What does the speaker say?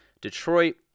detroit